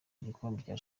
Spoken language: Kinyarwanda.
igikombe